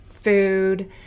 food